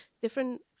different